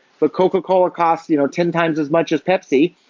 but coca-cola costs you know ten times as much as pepsi,